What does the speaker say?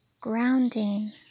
grounding